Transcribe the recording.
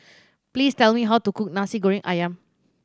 please tell me how to cook Nasi Goreng Ayam